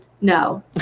No